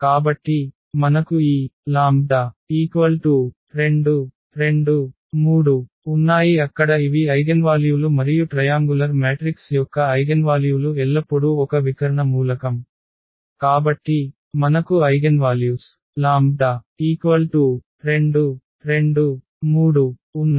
కాబట్టి మనకు ఈ λ 2 2 3 ఉన్నాయి అక్కడ ఇవి ఐగెన్వాల్యూలు మరియు ట్రయాంగులర్ మ్యాట్రిక్స్ యొక్క ఐగెన్వాల్యూలు ఎల్లప్పుడూ ఒక వికర్ణ మూలకం కాబట్టి మనకు ఐగెన్వాల్యుస్ 2 2 3 ఉన్నాయి